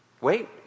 Wait